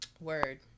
Word